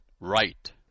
right